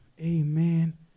Amen